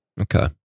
Okay